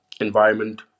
environment